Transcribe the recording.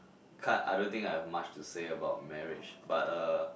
can't I don't think I have much to say about marriage but uh